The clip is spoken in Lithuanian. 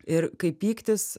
ir kaip pyktis